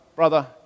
brother